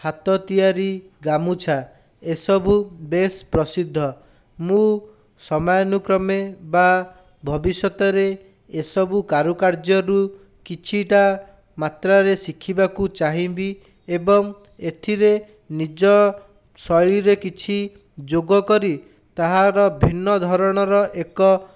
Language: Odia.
ହାତ ତିଆରି ଗାମୁଛା ଏସବୁ ବେସ୍ ପ୍ରସିଦ୍ଧ ମୁଁ ସମାୟାନୁକ୍ରମେ ବା ଭବିଷ୍ୟତରେ ଏସବୁ କାରୁକାର୍ଯ୍ୟରୁ କିଛିଟା ମାତ୍ରରେ ଶିଖିବାକୁ ଚାହିଁବି ଏବଂ ଏଥିରେ ନିଜ ଶୈଳୀରେ କିଛି ଯୋଗ କରି ତାହାର ଭିନ୍ନ ଧରଣର ଏକ